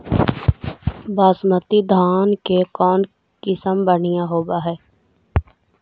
बासमती धान के कौन किसम बँढ़िया होब है?